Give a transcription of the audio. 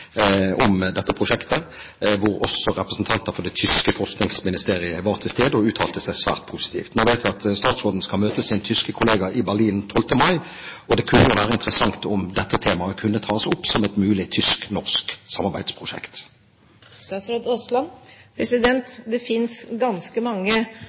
hvor også representanter for det tyske forskningsministeriet var til stede og uttalte seg svært positivt. Nå vet vi at statsråden skal møte sin tyske kollega i Berlin den 12. mai, og det kunne jo vært interessant om dette temaet ble tatt opp som et mulig tysk-norsk samarbeidsprosjekt. Det finnes ganske mange